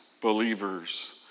believers